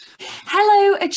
hello